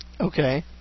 Okay